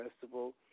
Festival